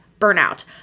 burnout